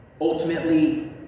Ultimately